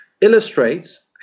illustrates